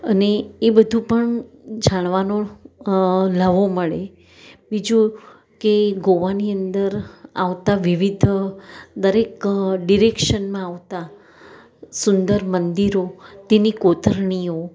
અને એ બધું પણ જાણવાનો લહાવો મળે બીજું કે ગોવાની અંદર આવતાં વિવિધ દરેક ડિરેક્શનમાં આવતાં સુંદર મંદિરો તેની કોતરણીઓ